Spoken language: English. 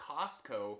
Costco